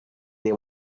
they